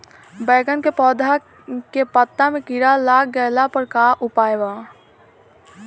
बैगन के पौधा के पत्ता मे कीड़ा लाग गैला पर का उपाय बा?